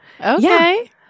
Okay